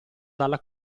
dalla